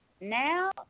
Now